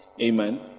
Amen